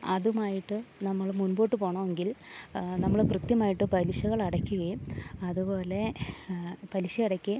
അതുമായിട്ട് നമ്മൾ മുൻപോട്ട് പോകണമെങ്കിൽ നമ്മൾ കൃത്യമായിട്ട് പലിശകളടക്കുകയും അതു പോലെ പലിശ അടയ്ക്കുകയും